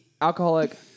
alcoholic